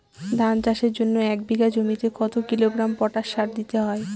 ধান চাষের জন্য এক বিঘা জমিতে কতো কিলোগ্রাম পটাশ সার দিতে হয়?